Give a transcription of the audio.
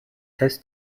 tess